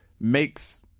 makes